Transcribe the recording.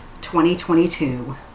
2022